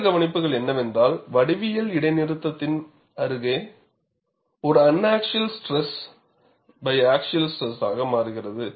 மற்ற கவனிப்புகள் என்னவென்றால் வடிவியல் இடைநிறுத்தத்தின் அருகே ஒரு uniaxial stress biaxial ஸ்ட்ரெஸாக மாறுகிறது